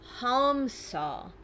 Hamsa